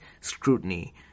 scrutiny